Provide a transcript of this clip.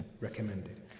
recommended